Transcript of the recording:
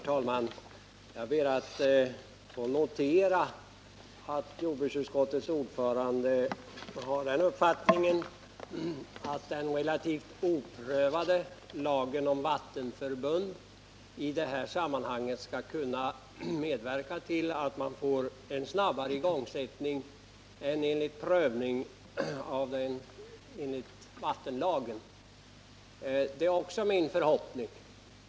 Herr talman! Jag ber att få notera att jordbruksutskottets ordförande har den uppfattningen att man med hjälp av den relativt oprövade lagen om vattenförbund skall kunna få till stånd en snabbare igångsättning av markavvattningsåtgärder än med en prövning enligt vattenlagen. Det är också min förhoppning.